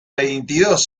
veintidós